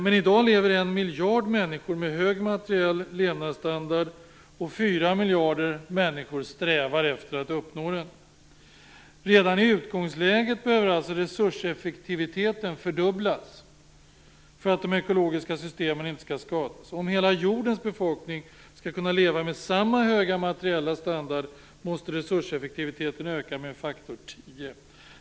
Men i dag lever en miljard människor med hög materiell levnadsstandard, och fyra miljarder människor strävar efter att uppnå det. Redan i utgångsläget behöver alltså resurseffektiviteten fördubblas för att de ekologiska systemen inte skall skadas. Om hela jordens befolkning skall kunna leva med samma höga materiella standard måste resurseffektiviteten öka med faktor tio.